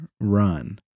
run